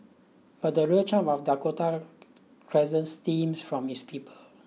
but the real charm of Dakota Crescent stems from its people